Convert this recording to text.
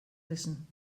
wissen